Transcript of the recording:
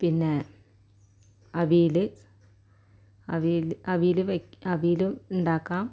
പിന്നെ അവിയൽ അവിയൽ അവിയൽ അവിയലും ഉണ്ടാക്കാം